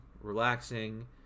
relaxing